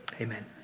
Amen